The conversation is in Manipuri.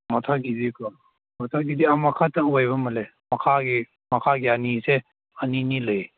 ꯃꯊꯛꯀꯤꯗꯤꯀꯣ ꯃꯊꯛꯀꯤꯗꯤ ꯑꯃꯈꯛꯇ ꯑꯣꯏꯕ ꯑꯃ ꯂꯩ ꯃꯈꯥꯒꯤ ꯃꯈꯥꯒꯤ ꯑꯅꯤꯁꯦ ꯑꯅꯤ ꯑꯅꯤ ꯂꯩ